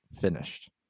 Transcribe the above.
finished